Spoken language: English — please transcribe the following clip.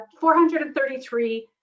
433